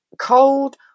cold